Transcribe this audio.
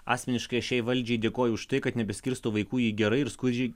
asmeniškai šiai valdžiai dėkoju už tai kad nebeskirsto vaikų į gerai ir skurdžiai